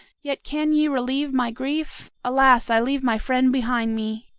yet can ye relieve my grief? alas, i leave my friend behind me.